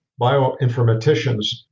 bioinformaticians